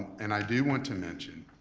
and i do want to mention,